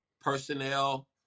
personnel